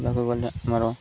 ତାକୁ ଗଲେ ଆମର